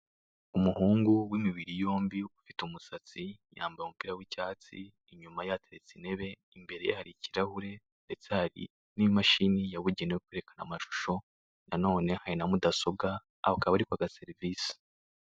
Umuhungu w'imibiri yombi ufite umusatsi yambaye umupira w'icyatsi, inyuma ye hateretse intebe, imbere ye hari ibirahuri ndetse hari n'imashini yabugenewe mu kwerekana amashusho na none hari na mudasobwa akaba ari kwaka serivise.